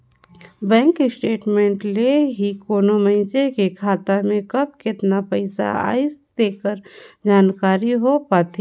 bank statement ले ही कोनो मइसने के खाता में कब केतना पइसा आइस तेकर जानकारी हो पाथे